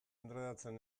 endredatzen